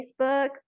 Facebook